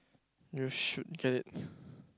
you should get it